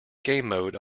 gamemode